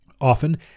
Often